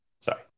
sorry